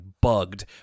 bugged